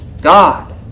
God